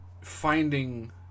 Finding